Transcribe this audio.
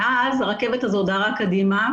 מאז הרכבת הזו דהרה קדימה.